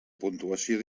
puntuació